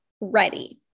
ready